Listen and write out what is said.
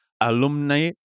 alumni